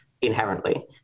inherently